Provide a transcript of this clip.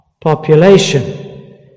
population